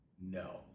No